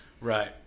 right